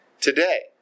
Today